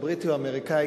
הבריטי או האמריקני,